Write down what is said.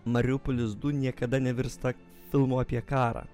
mariupolis du niekada nevirsta filmu apie karą